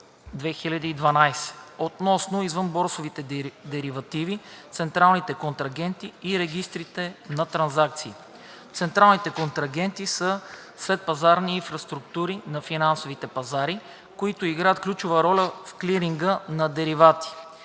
648/2012 относно извънборсовите деривати, централните контрагенти и регистрите на трансакции. Централните контрагенти са следпазарни инфраструктури на финансовите пазари, които играят ключова роля в клиринга на деривати